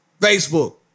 Facebook